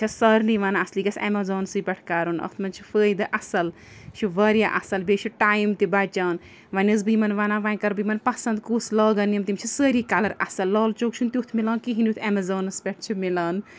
بہٕ چھس سارنیے ونان اَصلی گَژھِ ایمزانسٕے پٮٹھ کَرُن اَتھ منٛز چھُ فٲیدٕ اَصٕل یہِ چھُ واریاہ اَصل بیٚیہِ چھُ ٹایِم تہِ بَچان وۄنۍ ٲس بہٕ یِمَن وَنان وۄنۍ کَرٕ بہٕ یِمَن پَسنٛد کُس لاگَن یِم تِم چھِ سٲری کَلَر اَصٕل لال چوک چھُنہٕ تیُتھ مِلان کِہیٖنۍ یُتھ ایمیزانَس پٮ۪ٹھ چھُ مِلان